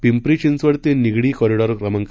पिंपरी चिंचवड ते निगडी कॉरिडॉर क्रमांक